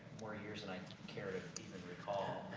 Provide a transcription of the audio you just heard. more years than i care to recall.